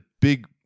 big